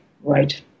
Right